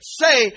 say